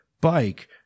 bike